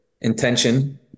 intention